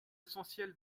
essentiel